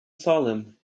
salem